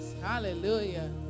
Hallelujah